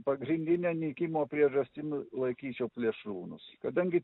pagrindine nykimo priežastim laikyčiau plėšrūnus kadangi